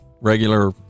regular